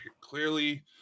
Clearly